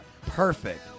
perfect